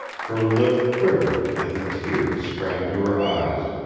her lip quivered and the tears sprang to her eyes.